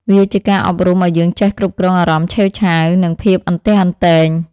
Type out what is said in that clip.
វាជាការអប់រំឱ្យយើងចេះគ្រប់គ្រងអារម្មណ៍ឆេវឆាវ និងភាពអន្ទះអន្ទែង។